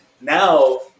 Now